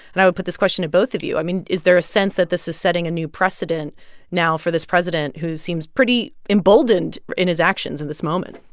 and i would put this question to both of you i mean, is there a sense that this is setting a new precedent now for this president who seems pretty emboldened in his actions in this moment?